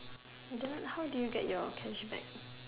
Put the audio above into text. then how did you get your cashback